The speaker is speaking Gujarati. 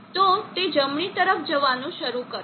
તો તે જમણી તરફ જવાનું શરૂ કરશે